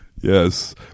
Yes